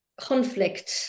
conflict